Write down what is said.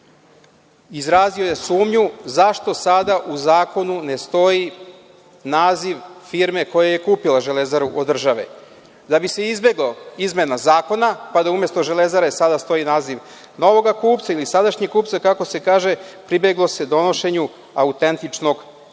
izrazio je sumnju zašto sada u zakonu ne stoji naziv firme koja je kupila „Železaru“ od države. Da bi se izbegla izmena zakona, pa da umesto „Železare“ sada stoji naziv novoga kupca ili sadašnjeg kako se kaže, pribeglo se donošenju autentičnog